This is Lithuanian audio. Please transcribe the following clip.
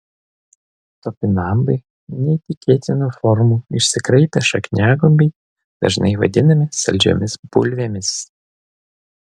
topinambai neįtikėtinų formų išsikraipę šakniagumbiai dažnai vadinami saldžiomis bulvėmis